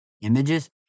images